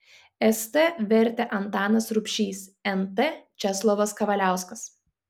st vertė antanas rubšys nt česlovas kavaliauskas